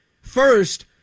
First